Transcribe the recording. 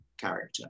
character